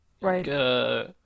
Right